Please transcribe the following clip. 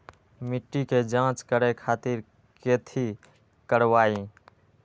मिट्टी के जाँच करे खातिर कैथी करवाई?